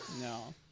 no